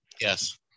Yes